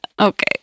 Okay